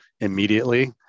immediately